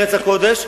ארץ הקודש,